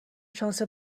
شانس